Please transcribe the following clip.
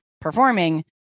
performing